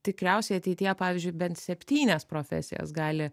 tikriausiai ateityje pavyzdžiui bent septynias profesijas gali